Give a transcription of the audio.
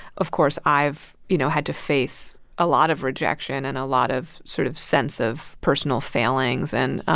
of course, i've, you know, had to face a lot of rejection and a lot of sort of sense of personal failings. and